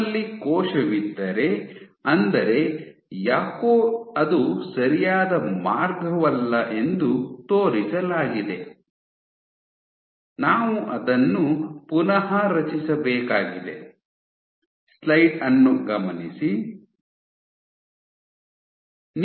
ನಿಮ್ಮಲ್ಲಿ ಕೋಶವಿದ್ದರೆ ಅಂದರೆ ಯಾಕೋ ಅದು ಸರಿಯಾದ ಮಾರ್ಗವಲ್ಲ ಎಂದು ತೋರಿಸಲಾಗಿದೆ ಸಮಯ 1423 ನೋಡಿ ನಾವು ಅದನ್ನು ಪುನಃ ರಚಿಸಬೇಕಾಗಿದೆ ಸಮಯ 1424 ನೋಡಿ